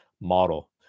model